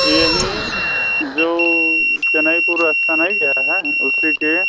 यहीं जो चेन्नई को रस्ता नहीं गया है उसी के